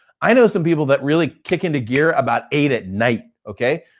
i know some people that really kick into gear about eight at night, okay?